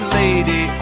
lady